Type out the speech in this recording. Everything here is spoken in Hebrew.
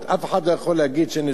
אף אחד לא יכול להגיד שאין לזה השלכות.